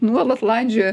nuolat landžiojo